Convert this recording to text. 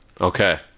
Okay